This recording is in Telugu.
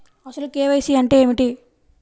అసలు కే.వై.సి అంటే ఏమిటి?